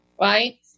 right